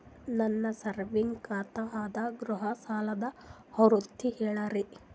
ನನ್ನ ಸೇವಿಂಗ್ಸ್ ಖಾತಾ ಅದ, ಗೃಹ ಸಾಲದ ಅರ್ಹತಿ ಹೇಳರಿ?